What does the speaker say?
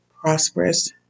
prosperous